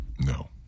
no